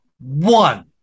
one